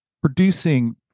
producing